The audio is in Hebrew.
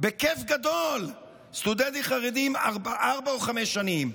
בכיף גדול סטודנטים חרדים ארבע או חמש שנים: